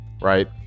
right